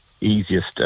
easiest